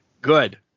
Good